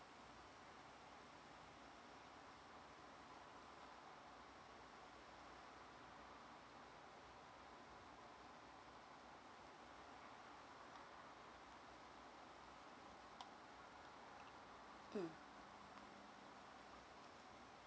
mm